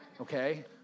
okay